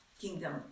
kingdom